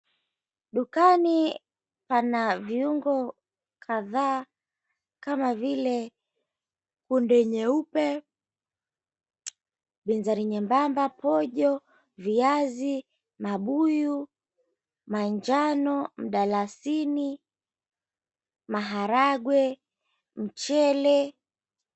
Dukani pana viungo kadhaa kama vile kunde nyeupe, binzari nyembamba, pojo, viazi, mabuyu manjano, mdalasini, maharagwe, mchele.